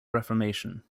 reformation